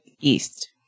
east